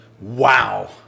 Wow